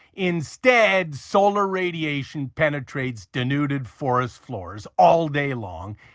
instead, solar radiation penetrates denuded forest floors all day long,